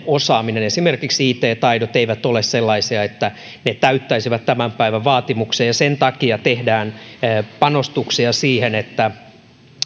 osaaminen esimerkiksi it taidot ei ole sellaista että se täyttäisi tämän päivän vaatimukset sen takia tehdään panostuksia siihen että